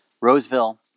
Roseville